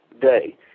day